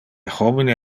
homine